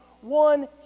one